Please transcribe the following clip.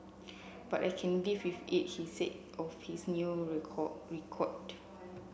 but I can live with it he said of his new record